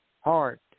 heart